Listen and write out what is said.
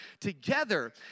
together